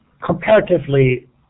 comparatively